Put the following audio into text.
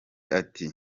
ati